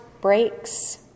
breaks